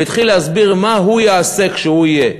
והתחיל להסביר מה הוא יעשה כשהוא יהיה,